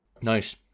Nice